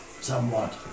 Somewhat